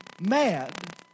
mad